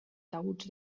taüts